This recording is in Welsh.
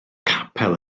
capel